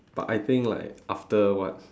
but I think like after what